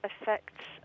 affects